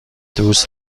دوست